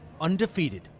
undefeated.